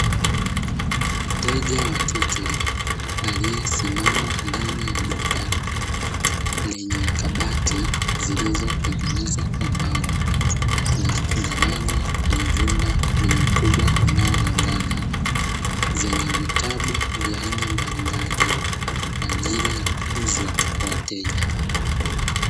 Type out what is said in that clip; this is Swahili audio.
Mteja wa kike aliyesimama ndani ya duka, lenye kabati zilizotengenezwa kwa mbao na kugawanywa kwenye vyumba vyenye ukubwa unaolingana, zenye vitabu aina mbalimbali kwa ajili ya kuuzwa kwa wateja.